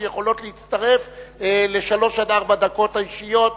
שיכולות להצטרף לשלוש עד ארבע הדקות האישיות.